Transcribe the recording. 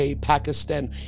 Pakistan